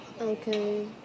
okay